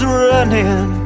running